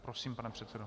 Prosím, pane předsedo.